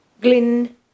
Glyn